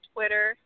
Twitter